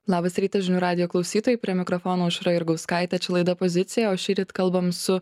labas rytas žinių radijo klausytojai prie mikrofono aušra jurgauskaitė čia laida pozicija o šįryt kalbam su